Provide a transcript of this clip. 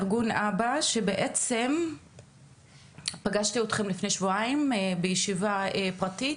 ארגון א.ב.א שבעצם פגשתי אתכם לפני שבועיים בישיבה פרטית,